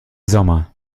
sommer